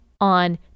on